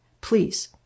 please